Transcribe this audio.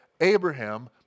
Abraham